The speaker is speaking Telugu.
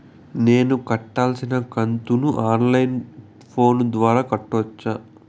నేను కట్టాల్సిన కంతును ఆన్ లైను ఫోను ద్వారా కట్టొచ్చా?